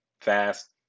fast